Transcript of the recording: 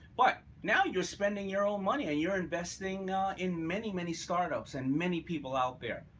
but, now you're spending your own money and you're investing in many many startups and many people out there,